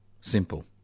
Simple